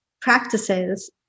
practices